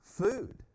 food